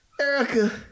Erica